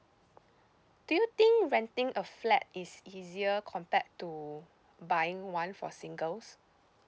do you think renting a flat is easier compared to buying one for singles